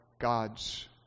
God's